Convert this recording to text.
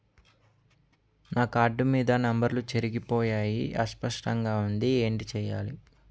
నా కార్డ్ మీద నంబర్లు చెరిగిపోయాయి అస్పష్టంగా వుంది ఏంటి చేయాలి?